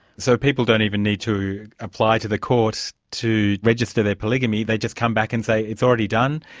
so, people don't even need to apply to the courts to register their polygamy, they just come back and say, it's already done.